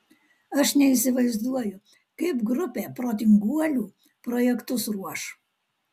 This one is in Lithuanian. aš neįsivaizduoju kaip grupė protinguolių projektus ruoš